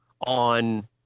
on